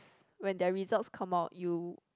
when their results come out you